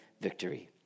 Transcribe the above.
victory